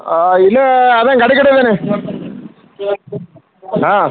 ಹಾಂ ಇಲ್ಲೇ ಅದೆ ಗಾಡಿ ಕಡೆ ಅದೀನಿ ಹಾಂ